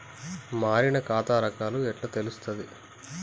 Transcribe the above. మారిన ఖాతా రకాలు ఎట్లా తెలుత్తది?